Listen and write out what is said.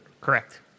Correct